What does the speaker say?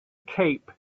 cape